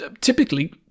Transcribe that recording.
typically